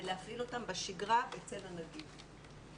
ולהפעיל אותם בשגרה בצל הנגיף.